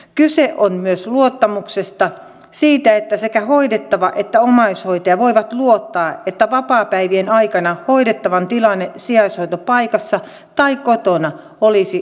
kyse on myös luottamuksesta siitä että sekä hoidettava että omaishoitaja voivat luottaa että vapaapäivien aikana hoidettavan tilanne sijaishoitopaikassa tai kotona olisi riittävän hyvä